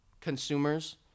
consumers